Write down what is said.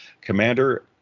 commander